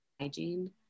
hygiene